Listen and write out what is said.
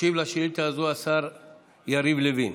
ישיב על השאילתה הזאת השר יריב לוין.